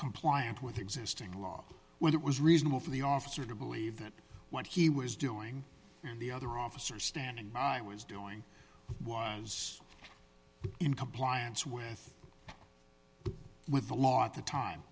compliant with existing law when it was reasonable for the officer to believe that what he was doing the other officer standing by was doing was in compliance with with the law at the time